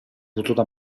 potuto